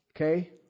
okay